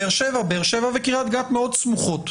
באר שבע וקריית גת מאוד סמוכות.